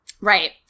right